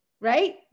right